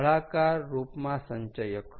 નળાકાર રૂપમાં સંચયક